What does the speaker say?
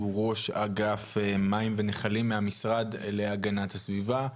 ראש אגף מים ונחלים מהמשרד להגנת הסביבה.